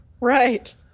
right